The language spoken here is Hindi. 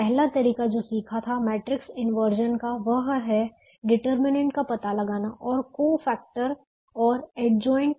पहला तरीका जो सीखा था मैट्रिक्स इंवर्जन का वह है डिटर्मिनेंट का पता लगाना और कोफैक्टर और एडज्वाइनट